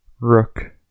rook